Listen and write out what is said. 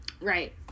Right